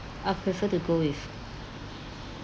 I prefer to go with